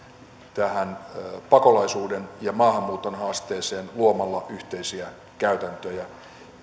tähän pakolaisuuden ja maahanmuuton haasteeseen luomalla yhteisiä käytäntöjä